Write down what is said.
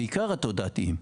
בעיקר התודעתיים,